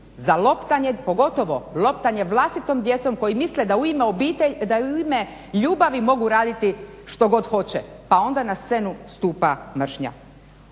za loptanje, pogotovo loptanje vlastitom djecom koji misle da u ime ljubavi mogu raditi što god hoće pa onda na scenu stupa mržnja.